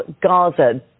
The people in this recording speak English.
Gaza